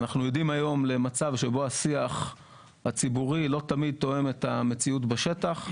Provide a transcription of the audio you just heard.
אנחנו עדים היום למצב שבו השיח הציבורי לא תמיד תואם את המציאות בשטח.